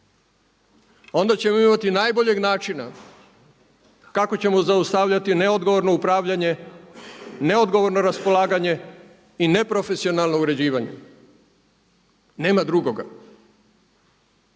onda ćemo imati najboljeg načina kako ćemo zaustavljati neodgovorno upravljanje, neodgovorno raspolaganje i neprofesionalno uređivanje, nema drugoga.